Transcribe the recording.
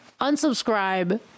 Unsubscribe